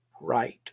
right